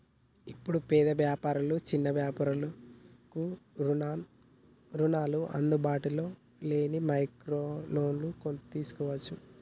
ఇప్పుడు పేద వ్యాపారులు చిన్న వ్యాపారులకు రుణాలు అందుబాటులో లేని మైక్రో లోన్లను తీసుకోవచ్చు